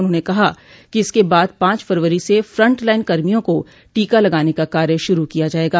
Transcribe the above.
उन्होंने कहा कि इसके बाद पांच फरवरी से फ्रंट लाइन कर्मियों को टीका लगाने का कार्य शुरू किया जायेगा